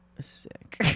Sick